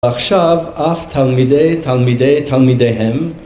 עכשיו אף תלמידי תלמידי תלמידיהם